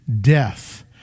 death